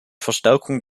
verstärkung